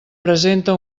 presenta